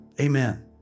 Amen